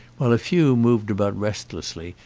while a few moved about restlessly,